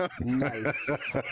Nice